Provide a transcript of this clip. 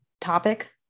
topic